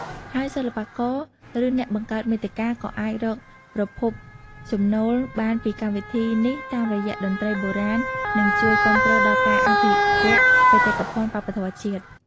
ហើយសិល្បករឬអ្នកបង្កើតមាតិកាក៏អាចរកប្រភពចំណូលបានពីកម្មវិធីនេះតាមរយៈតន្ត្រីបុរាណនិង ជួយគាំទ្រដល់ការអភិរក្សបេតិកភណ្ឌវប្បធម៌ជាតិ។